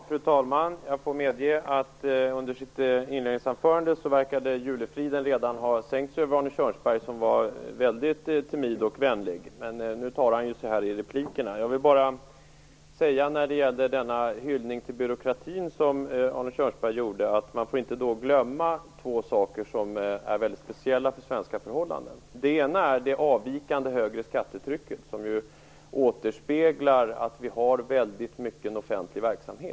Fru talman! Jag får medge att under Arne Kjörnsbergs inledningsanförande verkade julefriden redan har sänkt sig över honom. Han var väldigt timid och vänlig, men nu tar han sig i replikerna. Arne Kjörnsberg hyllade byråkratin. Då vill jag bara säga att man inte får glömma två saker som är väldigt speciella för svenska förhållanden. Den ena är det avvikande högre skattetrycket. Det återspeglar att vi har väldigt mycket offentlig verksamhet.